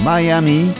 Miami